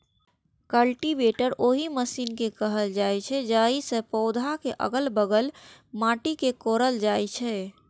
cultivator ओहि machine कें कहल जाइ छै, जाहि सं पौधाक अलग बगल माटि कें कोड़ल जाइ छै